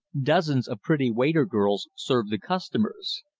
dozens of pretty waiter girls served the customers.